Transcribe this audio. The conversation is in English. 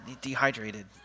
Dehydrated